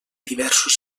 diversos